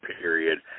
period